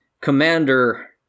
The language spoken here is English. Commander